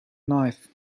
knife